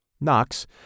Knox